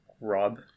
Rob